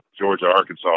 Georgia-Arkansas